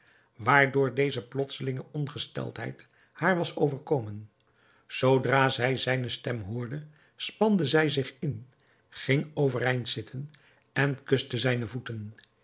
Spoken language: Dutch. waardoor deze plotselinge ongesteldheid haar was overkomen zoodra zij zijne stem hoorde spande zij zich in ging overeind zitten en kuste zijne voeten